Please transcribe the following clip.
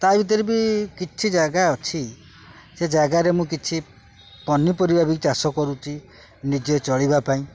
ତା ଭିତରେ ବି କିଛି ଜାଗା ଅଛି ସେ ଜାଗାରେ ମୁଁ କିଛି ପନିପରିବା ବି ଚାଷ କରୁଛି ନିଜେ ଚଳିବା ପାଇଁ